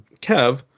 Kev